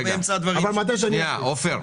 עופר,